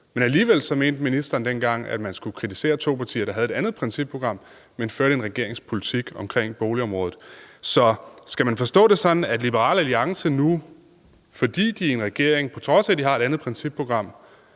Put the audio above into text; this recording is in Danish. men alligevel mente ministeren dengang, at man skulle kritisere to partier, der havde et andet principprogram, men førte en regerings politik i forhold til boligområdet. Skal man forstå det sådan, at Liberal Alliance, fordi de er i regering, og på trods af at de har et andet principprogram,